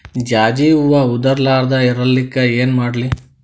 ಜಾಜಿ ಹೂವ ಉದರ್ ಲಾರದ ಇರಲಿಕ್ಕಿ ಏನ ಮಾಡ್ಲಿ?